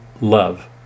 love